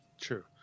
True